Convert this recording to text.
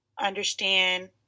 understand